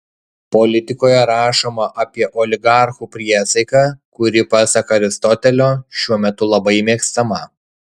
politikoje rašoma apie oligarchų priesaiką kuri pasak aristotelio šiuo metu labai mėgstama